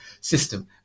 system